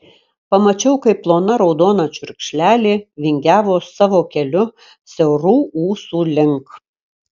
pamačiau kaip plona raudona čiurkšlelė vingiavo savo keliu siaurų ūsų link